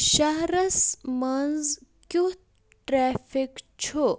شَہرس منٛز کیُتھ ٹرٛیفِک چھُ